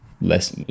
less